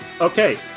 Okay